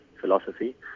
philosophy